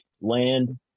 land